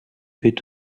peut